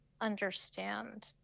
understand